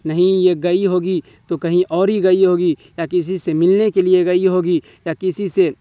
نہیں یہ گئی ہوگی تو کہیں اور ہی گئی ہوگی یا کسی سے ملنے کے لیے گئی ہوگی یا کسی سے